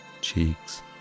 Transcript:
cheeks